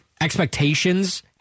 expectations